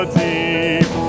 deep